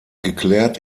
geklärt